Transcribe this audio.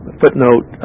footnote